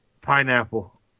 pineapple